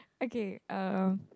okay um